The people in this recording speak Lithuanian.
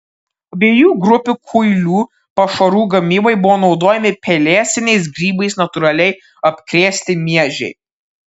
abiejų grupių kuilių pašarų gamybai buvo naudojami pelėsiniais grybais natūraliai apkrėsti miežiai